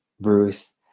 ruth